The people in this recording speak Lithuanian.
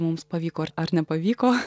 mums pavyko ar ar nepavyko